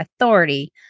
authority